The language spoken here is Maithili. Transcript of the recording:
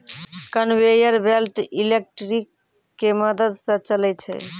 कनवेयर बेल्ट इलेक्ट्रिक के मदद स चलै छै